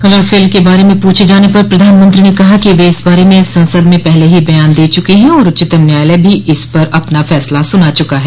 Rafale के बारे में पूछे जाने पर प्रधानमंत्री ने कहा कि वे इस बारे में संसद में पहले ही बयान दे चुके हैं और उच्चतम न्यायालय भी इस पर अपना फैसला सुना चुका है